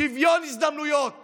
יש דבר אחד: שוויון הזדמנויות